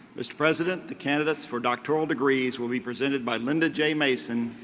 mr. president, the candidates for doctoral degrees will be presented by linda j. mason,